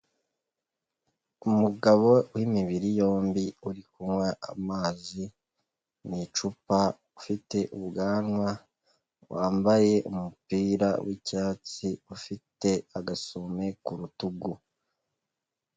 Umugabo w'imibiri yombi uri kunywa amazi mu icupa ufite ubwanwa wambaye umupira w'icyatsi ufite agasume ku rutugu.